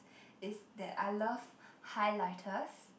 is that I love highlighters